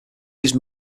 use